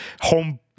home